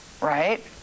right